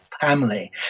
Family